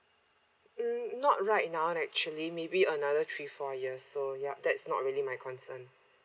mm not right now actually maybe another three four years so yup that's not really my concern